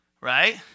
Right